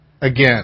again